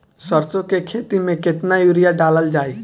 सरसों के खेती में केतना यूरिया डालल जाई?